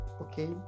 okay